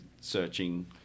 searching